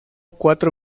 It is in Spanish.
cuatro